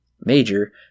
Major